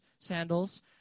sandals